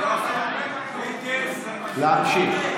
להמשיך.